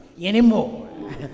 anymore